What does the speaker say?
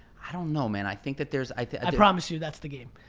i don't know man, i think that there's i promise you that's the game.